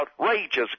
outrageous